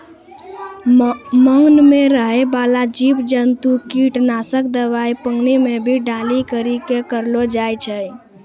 मान मे रहै बाला जिव जन्तु किट नाशक दवाई पानी मे भी डाली करी के करलो जाय छै